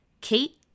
Kate